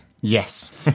Yes